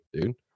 dude